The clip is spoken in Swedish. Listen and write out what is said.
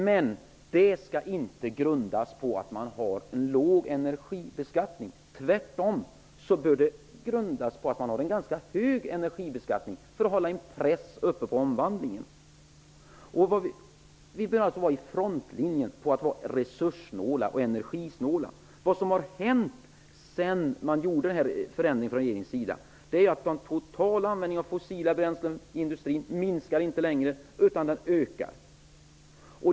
Men det skall inte grundas på en låg energibeskattning. Tvärtom bör det grundas på en ganska hög energibeskattning för att hålla intresset uppe för omvandlingen. Vi behöver vara i frontlinjen på att vara resurssnåla och energisnåla. Vad som har hänt sedan man gjorde förändringen från regeringens sida är att den totala användningen av fossila bränslen i indutrin inte längre minskar, utan den ökar.